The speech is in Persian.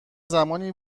زمانی